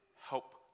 help